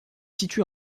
situé